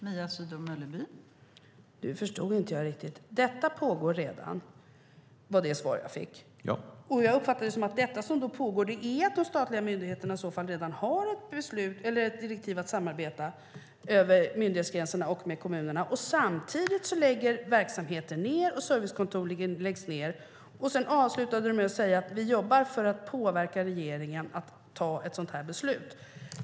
Fru talman! Nu förstod jag inte riktigt. Detta pågår redan, var det svar jag fick av Per-Ingvar Johnsson. Jag uppfattar det som att det som nu pågår är att de statliga myndigheterna i så fall redan har ett direktiv att samarbeta över myndighetsgränserna och med kommunerna. Samtidigt läggs verksamheter ned och servicekontor läggs ned. Sedan avslutade du med att säga att ni driver på för att påverka regeringen att ta ett sådant här beslut.